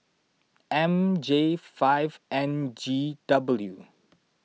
M J five N G W